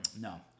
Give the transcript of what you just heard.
No